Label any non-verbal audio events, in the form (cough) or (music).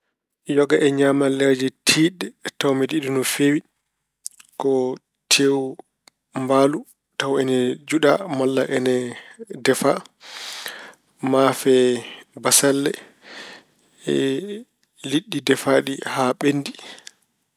Yoga e ñaamalleeji tiiɗɗe tawa mbeɗa yiɗi no feewi ko teewu mbaalu tawa ine juɗa malla ine defa., maafe bassale, (hesitation) liɗɗi defaaɗi haa ɓenndi.